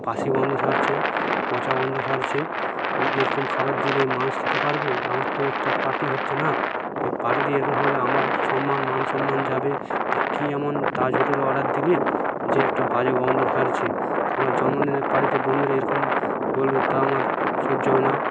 বাসি গন্ধ ছাড়ছে পচা গন্ধ ছাড়ছে এরকম খাবার দিলে মানুষ খেতে পারবে আমার তো একটা পার্টি হচ্ছে না এ পার্টিতে এরকম হলে আমার সম্মান মান সম্মান যাবে কী এমন তাজ হোটেলে অর্ডার দিলি যে একটা বাজে গন্ধ ছাড়ছে আমার জন্মদিনের পার্টিতে বন্ধুরা এরকম বলবে তা আমার সহ্য হবে না